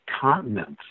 continents